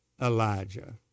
Elijah